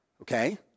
Okay